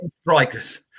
strikers